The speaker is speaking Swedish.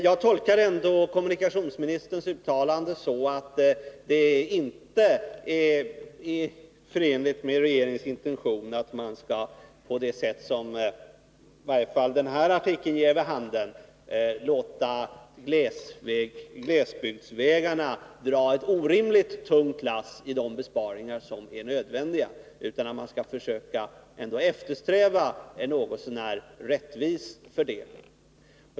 Jag tolkar ändå kommunikationsministerns uttalande så att det inte är förenligt med regeringens intentioner att på det sätt som i varje fall den aktuella tidningsartikeln ger vid handen låta glesbygdsvägarna så att säga dra ett orimligt tungt lass när det gäller de besparingar som är nödvändiga, utan att man skall försöka eftersträva en något så när rättvis fördelning.